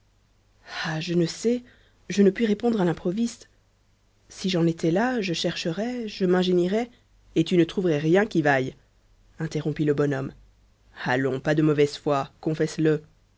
ah je ne sais je ne puis répondre à l'improviste si j'en étais là je chercherais je m'ingénierais et tu ne trouverais rien qui vaille interrompit le bonhomme allons pas de mauvaise foi confesse le